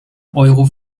euro